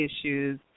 issues